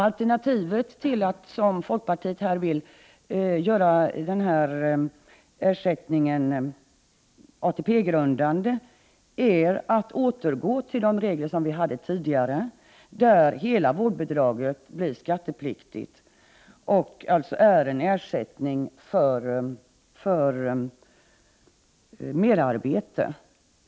Alternativet att, som folkpartiet vill, göra denna ersättning ATP-grundande innebär en återgång till de tidigare reglerna. Hela vårdbidraget skulle då bli skattepliktigt och alltså vara en ersättning för merarbete.